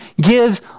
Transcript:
gives